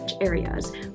areas